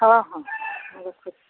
ହଁ ହଁ